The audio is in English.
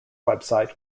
website